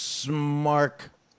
smart